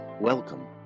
welcome